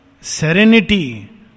serenity